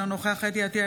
אינו נוכח חוה אתי עטייה,